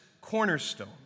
cornerstone